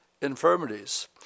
infirmities